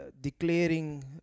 declaring